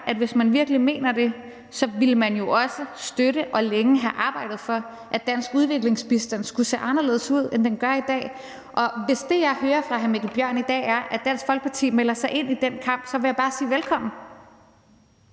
at hvis man virkelig mener det, ville man jo også støtte og længe have arbejdet for, at dansk udviklingsbistand skulle se anderledes ud, end den gør i dag. Hvis det, jeg hører fra hr. Mikkel Bjørn i dag, er, at Dansk Folkeparti melder sig ind i den kamp, så vil jeg bare sige velkommen.